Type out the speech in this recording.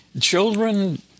Children